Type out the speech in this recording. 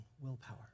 willpower